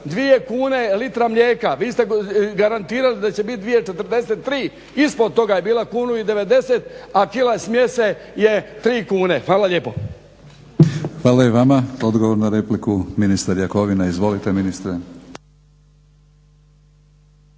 Dvije kune je litra mlijeka. Vi ste garantirali da će biti 2,43., ispod toga je bila 1,90 a kila smjese je 3 kune. Hvala lijepo. **Batinić, Milorad (HNS)** Hvala i vama. Odgovor na repliku ministar Jakovina. Izvolite ministre.